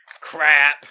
Crap